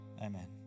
Amen